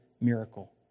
miracle